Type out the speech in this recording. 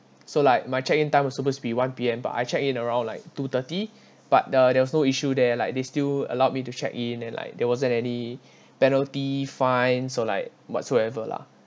so like my check-in time was supposed to be one P_M but I check in around like two thirty but the there was no issue there like they still allowed me to check in and like there wasn't any penalty fine so like whatsoever lah